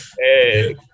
hey